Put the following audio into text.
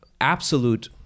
absolute